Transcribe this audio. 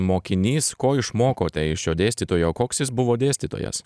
mokinys ko išmokote iš šio dėstytojo koks jis buvo dėstytojas